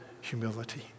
humility